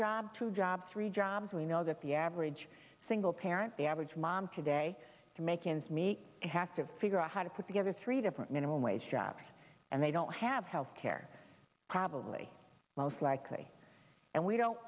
job to job three jobs we know that the average single parent the average mom today to make ends meet they have to figure out how to put together three different minimum wage jobs and they don't have health care probably most likely and we don't